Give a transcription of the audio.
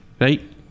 right